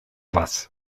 was